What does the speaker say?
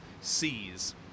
seas